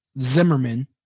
Zimmerman